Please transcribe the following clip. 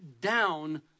down